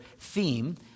theme